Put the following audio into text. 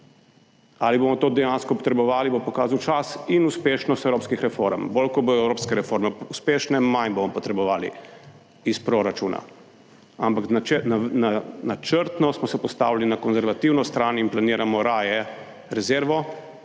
Ali bomo to dejansko potrebovali, bo pokazal čas in uspešnost evropskih reform. Bolj ko bodo evropske reforme uspešne, manj bomo potrebovali iz proračuna. Ampak načrtno smo se postavili na konzervativno stran in planiramo raje rezervo,